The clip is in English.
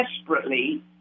desperately